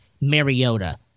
Mariota